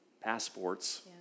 passports